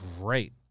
great